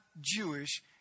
Jewish